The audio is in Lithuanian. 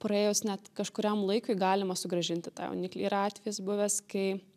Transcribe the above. praėjus net kažkuriam laikui galima sugrąžinti tą jauniklį yra atvejis buvęs kai